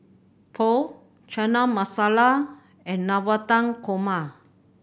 Pho Chana Masala and Navratan Korma